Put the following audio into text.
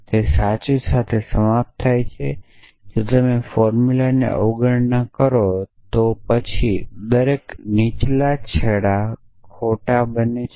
તે સાચું સાથે સમાપ્ત થશે જો તમે તે ફોર્મ્યુલાની અવગણના કરો તો પછી દરેક નીચલા છેડા ખોટા બને છે